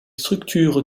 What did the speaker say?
structures